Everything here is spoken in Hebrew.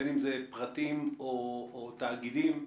בין אם פרטים ובין אם תאגידים,